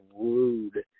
rude